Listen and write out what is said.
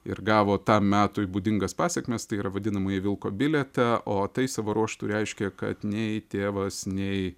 ir gavo tam metui būdingas pasekmes tai yra vadinamąjį vilko bilietą o tai savo ruožtu reiškia kad nei tėvas nei